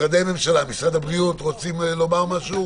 משרד הבריאות, רוצים לומר משהו?